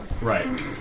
Right